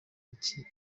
iki